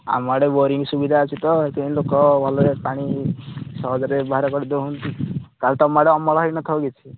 ଆମ ଆଡେ ବୋରିଙ୍ଗ୍ ସୁବିଧା ଅଛି ତ ସେଥିପାଇଁ ଲୋକ ଭଲରେ ପାଣି ସହଜରେ ବ୍ୟବହାର କରିଦେଉଛନ୍ତି ତା'ହେଲେ ତୁମ ଆଡ଼େ ଅମଳ ହୋଇନଥିବ କିଛି